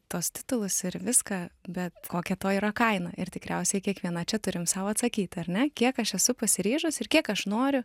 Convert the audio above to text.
tuos titulus ir viską bet kokia to yra kaina ir tikriausiai kiekviena čia turim sau atsakyti ar ne kiek aš esu pasiryžus ir kiek aš noriu